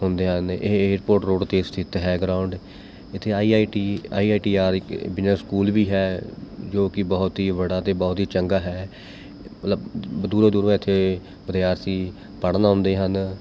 ਹੁੰਦੇ ਹਨ ਇਹ ਏਅਰਪੋਰਟ ਰੋਡ 'ਤੇ ਸਥਿਤ ਹੈ ਗਰਾਊਂਡ ਇੱਥੇ I I T I I T R ਇੱਕ ਜਿਹਾ ਸਕੂਲ ਵੀ ਹੈ ਜੋ ਕਿ ਬਹੁਤ ਹੀ ਬੜਾ ਅਤੇ ਬਹੁਤ ਹੀ ਚੰਗਾ ਹੈ ਮਤਲਬ ਦੂਰੋਂ ਦੂਰੋਂ ਇੱਥੇ ਵਿਦਿਆਰਥੀ ਪੜ੍ਹਨ ਆਉਂਦੇ ਹਨ